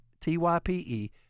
T-Y-P-E